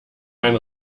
ein